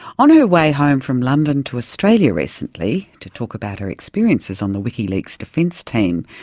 on her way home from london to australia recently, to talk about her experiences on the wikileaks defence team,